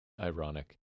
ironic